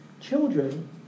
Children